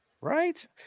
Right